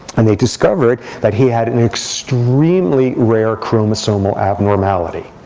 and they discovered that he had an extremely rare chromosomal abnormality.